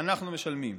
ואנחנו משלמים.